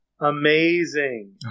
amazing